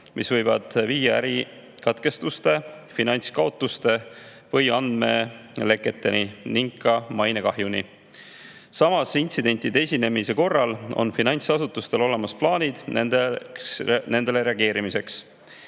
mis võivad viia ärikatkestuste, finantskaotuste või andmeleketeni ning ka mainekahjuni. Samas, intsidentide esinemise korral on finantsasutustel olemas plaanid nendele reageerimiseks.